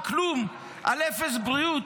על כלום, על אפס בריאות.